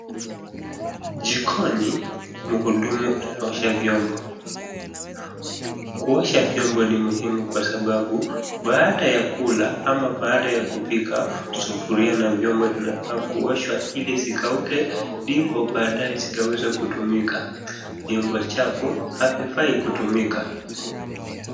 Jikoni muhudumu anaosha vyombo. Kuosha vyombo ni muhimu kwa sababu baada ya kula ama baada ya kupika sufuria na vyombo zinafaa kuoshwa ili zikauke ndipo baadae zikaweze kutumika. Vyombo chafu havifai kutumika.